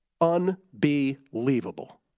unbelievable